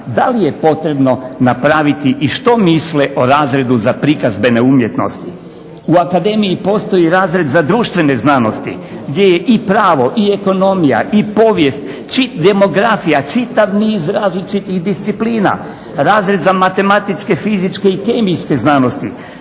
da li je potrebno napraviti i što misle o razredu za prikazbene umjetnosti. U akademiji postoji razred za društvene znanosti gdje je i pravo, i ekonomija, i povijest, demografija, čitav niz različitih disciplina, razred za matematičke, fizičke i kemijske znanosti,